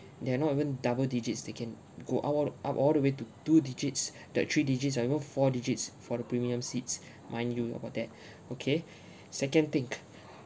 they are not even double digits they can go up all to up all the way to two digits that three digits or even four digits for the premium seats mind you about that okay second think